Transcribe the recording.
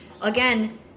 again